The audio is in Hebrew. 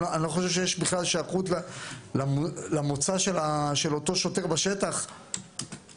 אני בכלל לא חושב שיש שייכות למוצא של השוטר בשטח -- ברור שיש.